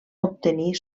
obtenir